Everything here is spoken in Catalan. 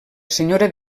senyora